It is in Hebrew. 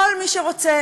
כל מי שרוצה